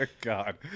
God